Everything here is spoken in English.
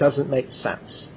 doesn't make sense